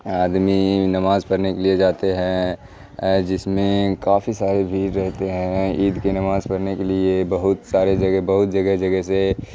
آدمی نماز پڑھنے کے لیے جاتے ہیں جس میں کافی سارے بھیڑ رہتے ہیں عید کے نماز پڑھنے کے لیے بہت سارے جگہ بہت جگہ جگہ سے